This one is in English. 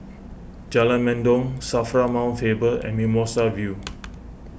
Jalan Mendong Safra Mount Faber and Mimosa View